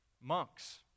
monks